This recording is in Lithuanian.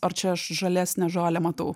ar čia aš žalesnę žolę matau